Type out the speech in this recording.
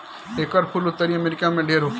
एकर फूल उत्तरी अमेरिका में ढेर होखेला